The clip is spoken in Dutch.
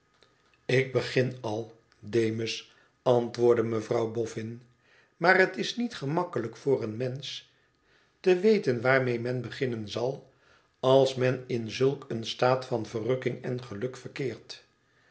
ik begin al demus antwoordde mevrouw boffin tmaar het is niet gemakkelijk voor een mensch te weten waarmee men beginnen zal als men in zulk een staat van verrukking en geluk vetkeert